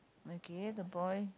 okay the boy